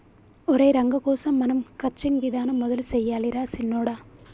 ఒరై రంగ కోసం మనం క్రచ్చింగ్ విధానం మొదలు సెయ్యాలి రా సిన్నొడా